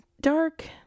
dark